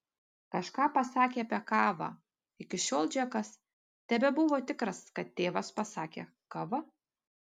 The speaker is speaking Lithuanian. kažką pasakė apie kavą iki šiol džekas tebebuvo tikras kad tėvas pasakė kava